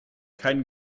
kein